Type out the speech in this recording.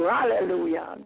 Hallelujah